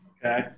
Okay